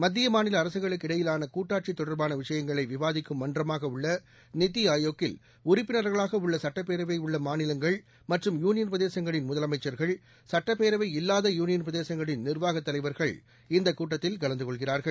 மத்திய மாநில அரசுகளுக்கிடையிலான கூட்டாட்சி தொடர்பான விஷயங்களை விவாதிக்கும் மன்றமாக உள்ள நித்தி ஆயோக்கில் உறுப்பினர்களாக உள்ள சுட்டப்பேரவை உள்ள மாநிலங்கள் மற்றும் யூளியன் பிரதேசங்களின் முதலமைச்சள்கள் சட்டப்பேரவை இல்லாத யூளியன் பிரதேசங்களின் நிர்வாகத் தலைவர்கள் இந்தக் கூட்டத்தில் கலந்துகொள்கிறார்கள்